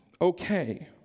okay